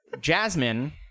Jasmine